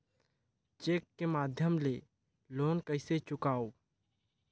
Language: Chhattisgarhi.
चेक के माध्यम ले लोन कइसे चुकांव?